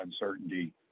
uncertainty